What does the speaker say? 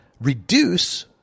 reduce